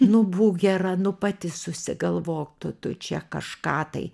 nu būk gera nu pati susigalvok tu tu čia kažką tai